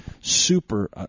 Super